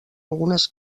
algunes